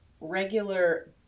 regular